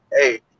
Hey